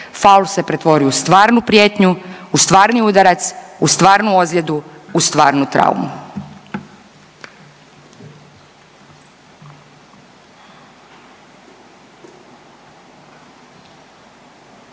Faul se pretvori u stvarnu prijetnju, u stvarni udarac, u stvarnu ozljedu, u stvarnu traumu.